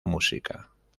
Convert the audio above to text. música